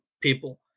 people